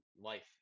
life